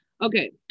Okay